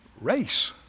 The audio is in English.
race